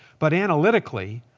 but analytically,